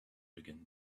began